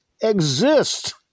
exist